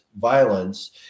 violence